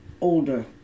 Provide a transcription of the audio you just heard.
older